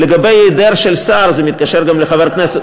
לגבי היעדר שר, וזה מתקשר גם לחבר הכנסת,